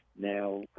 now